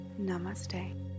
Namaste